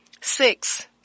Six